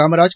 Kamaraj